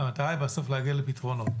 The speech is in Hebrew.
והמטרה היא בסוף להגיע לפתרונות.